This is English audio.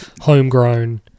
homegrown